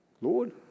Lord